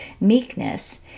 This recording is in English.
meekness